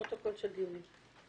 כתיבת פרוטוקול של כל הדיונים בוועדה.